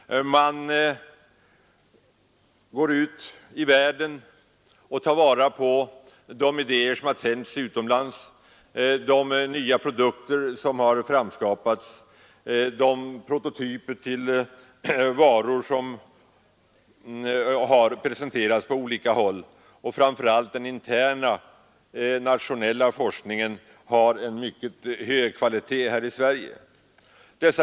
Man går även ut i världen och tar vara på idéer som kommit fram utomlands, studerar nya produkter som skapats och tittar på prototyper för varor som har presenterats på olika håll. Framför allt har emellertid den internationella forskningen en mycket hög kvalitet.